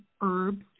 herbs